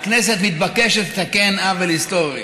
הכנסת מתבקשת לתקן עוול היסטורי.